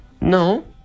No